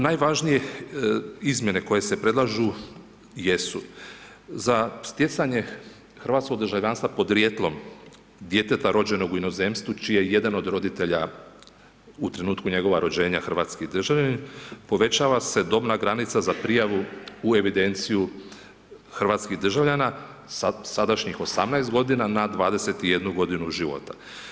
Najvažnije izmjene koje se predlažu jesu za stjecanje hrvatskog državljanstva podrijetlom djeteta rođenog u inozemstvu čiji je jedan od roditelja u trenutku njegova rođenja hrvatski državljanin, povećava se dobna granica za prijavu u evidenciju hrvatskih državljana, sa sadašnjih 18 godina na 21 godinu života.